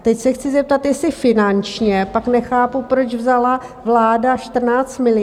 Teď se chci zeptat, jestli finančně pak nechápu, proč vzala vláda 14 miliard.